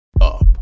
Up